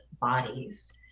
bodies